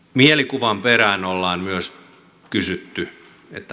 mielikuvan perään ollaan myös kysytty